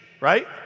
right